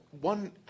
One